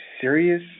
serious